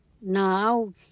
Now